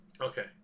Okay